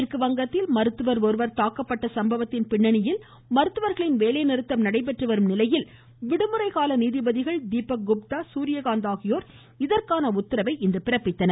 மேற்கு வங்கத்தில் மருத்துவர் ஒருவர் தாக்கப்பட்ட சம்பவத்தின் பின்னனியில் மருத்துவர்களின் வேலை நிறுத்தம் நடைபெற்று வரும் நிலையில் விடுமுறைக்கால நீதிபதிகள் தீபக் குப்தா சூரியகாந்த் ஆகியோர் இதற்கான உத்தரவை பிறப்பித்துள்ளனர்